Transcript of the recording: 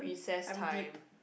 I am deep